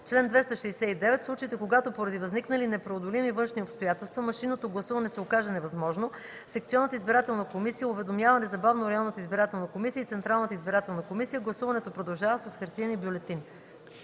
Чл. 269. В случаите когато поради възникнали непреодолими външни обстоятелства машинното гласуване се окаже невъзможно, секционната избирателна комисия уведомява незабавно районната избирателна комисия и Централната избирателна комисия. Гласуването продължава с хартиени бюлетини.”